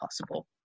possible